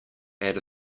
add